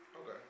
Okay